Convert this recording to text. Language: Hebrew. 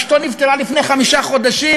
אשתו נפטרה לפני חמישה חודשים,